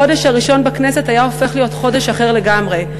החודש הראשון בכנסת היה הופך להיות חודש אחר לגמרי.